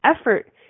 effort